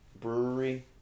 Brewery